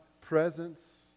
presence